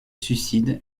suicide